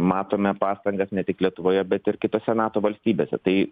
matome pastangas ne tik lietuvoje bet ir kitose nato valstybėse tai